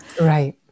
Right